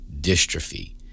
dystrophy